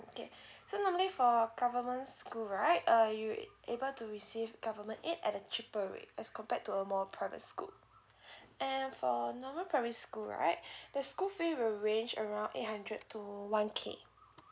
okay so normally for government school right uh you able to receive government aid at a cheaper rate as compared to a more private school and for normal primary school right the school fee will arrange around eight hundred to one K